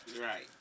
Right